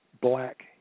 black